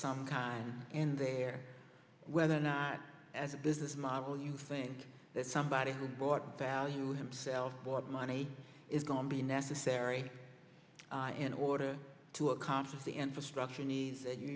some kind in there whether or not as a business model you think that somebody has brought value himself what the money is gone be necessary in order to accomplish the infrastructure needs that you